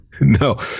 No